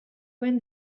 when